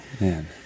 man